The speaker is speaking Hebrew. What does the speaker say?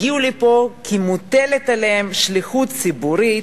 הגיעו לפה כי מוטלת עליהם שליחות ציבורית,